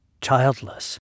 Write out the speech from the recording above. childless